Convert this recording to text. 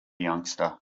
youngster